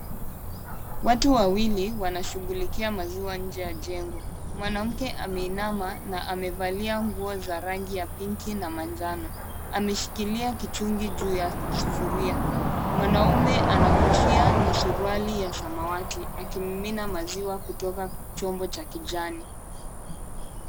Watu wawili wanashughulikia maziwa nje ya jengo. Mwanamke ameinama na amevalia nguo za rangi ya pinki na manjano. Ameshikilia kichungi juu ya sufuria. Mwanaume ana kofia na suruali ya samawati, akimimina maziwa kutoka chombo cha kijani.